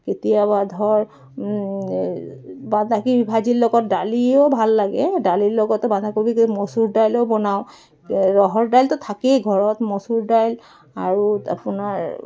কেতিয়াবা ধৰ বন্ধাকবি ভাজিৰ লগত দালিয়ো ভাল লাগে দালিৰ লগতো বন্ধাকবি মচুৰ দাইলো বনাওঁ ৰহৰ দাইলটো থাকেই ঘৰত মচুৰ দাইল আৰু আপোনাৰ